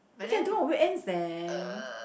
we can do on weekends then